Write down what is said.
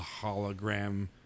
hologram